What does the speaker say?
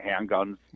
handguns